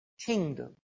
kingdom